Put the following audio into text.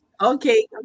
Okay